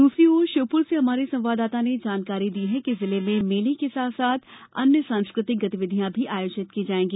दूसरी ओर श्योपुर से हमारे संवाददाता ने जानकारी दी है कि जिले में मेले के साथ साथ अन्य सांस्कृतिक गतिविधियां आयोजित की जाएगी